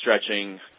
stretching